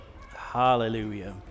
Hallelujah